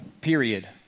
period